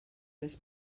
les